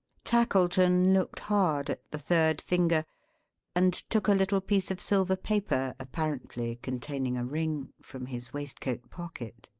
tackleton looked hard at the third finger and took a little piece of silver-paper, apparently containing a ring, from his waistcoat pocket.